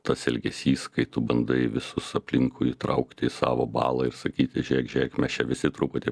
tas elgesys kai tu bandai visus aplinkui įtraukti į savo balą ir sakyti žiūrėk žiūrėk mes čia visi truputį